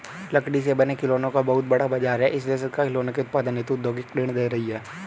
लकड़ी से बने खिलौनों का बहुत बड़ा बाजार है इसलिए सरकार खिलौनों के उत्पादन हेतु औद्योगिक ऋण दे रही है